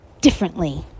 differently